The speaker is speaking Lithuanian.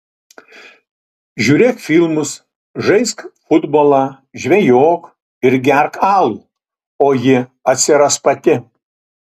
žiūrėk filmus žaisk futbolą žvejok ir gerk alų o ji atsiras pati